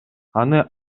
аны